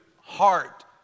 heart